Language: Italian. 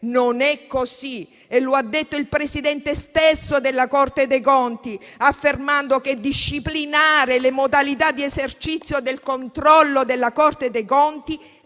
non è così, come ha detto lo stesso Presidente della Corte dei conti, affermando che disciplinare le modalità di esercizio del controllo della Corte dei conti